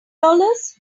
dollars